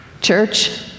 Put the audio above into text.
Church